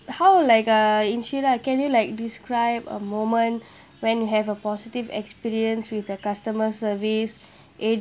how like uh inshira can you like describe a moment when you have a positive experience with the customer service